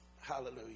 Hallelujah